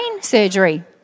surgery